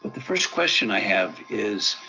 the first question i have is,